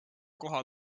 koha